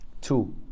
Two